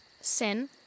Sin